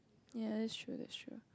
ya that's true that's true